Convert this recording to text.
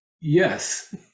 Yes